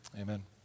amen